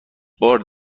بار